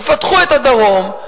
תפתחו את הדרום,